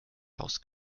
faust